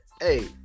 Hey